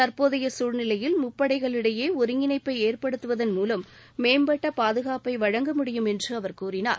தற்போதைய சூழ்நிலையில் முப்பளடகளிடையே ஒருங்கிணைப்பை ஏற்படுத்துதள் மூலம் மேம்பட்ட பாதுகாப்பை வழங்க முடியும் என்று அவர் கூறினார்